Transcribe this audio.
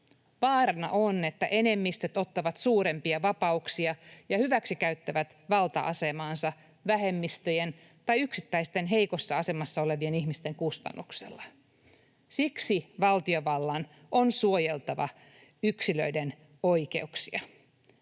Vaarana on, että enemmistöt ottavat suurempia vapauksia ja hyväksikäyttävät valta-asemaansa vähemmistöjen tai yksittäisten heikossa asemassa olevien ihmisten kustannuksella. Siksi valtiovallan on suojeltava yksilöiden oikeuksia.